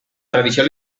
tradició